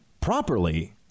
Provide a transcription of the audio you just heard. properly